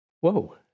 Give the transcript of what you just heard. Whoa